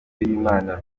y’imana